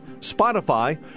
Spotify